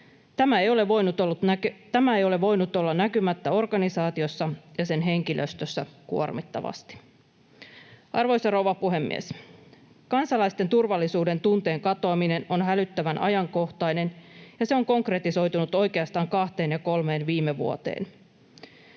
Tämä ei ole voinut olla näkymättä organisaatiossa ja sen henkilöstössä kuormittavasti. Arvoisa rouva puhemies! Kansalaisten turvallisuudentunteen katoaminen on hälyttävän ajankohtaista, ja se on konkretisoitunut oikeastaan kahteen kolmeen viime vuoteen,